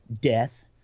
death